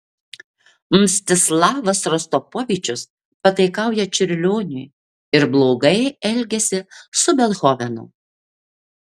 mstislavas rostropovičius pataikauja čiurlioniui ir blogai elgiasi su bethovenu